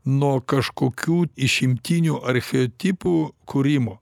nuo kažkokių išimtinių archetipų kūrimo